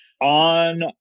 On